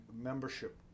membership